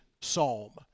psalm